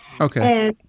Okay